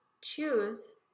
choose